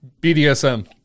BDSM